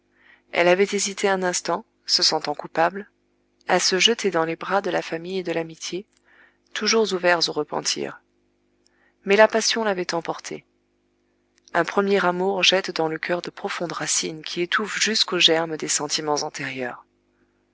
elle avait hésité un instant se sentant coupable à se jeter dans les bras de la famille et de l'amitié toujours ouverts au repentir mais la passion l'avait emporté un premier amour jette dans le cœur de profondes racines qui étouffent jusqu'aux germes des sentiments antérieurs